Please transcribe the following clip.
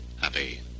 happy